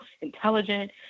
intelligent